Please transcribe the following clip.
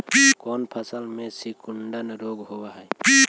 कोन फ़सल में सिकुड़न रोग होब है?